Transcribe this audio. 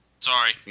Sorry